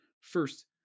First